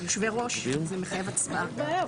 יושבי-ראש מחייבים הצבעה.